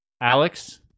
Alex